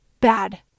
bad